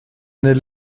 n’est